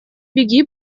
беги